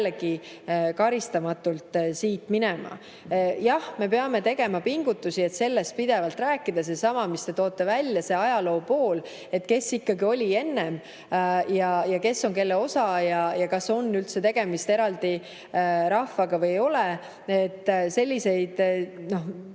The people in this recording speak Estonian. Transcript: jälle karistuseta minema. Jah, me peame tegema pingutusi, et sellest pidevalt rääkida. Seesama, mis te toote välja, see ajaloo pool, et kes ikkagi oli enne ja kes on kelle osa ja kas on üldse tegemist eraldi rahvaga või ei ole. Selliseid